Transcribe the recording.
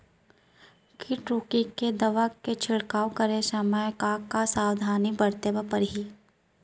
किट रोके के दवा के छिड़काव करे समय, का का सावधानी बरते बर परही?